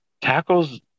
Tackles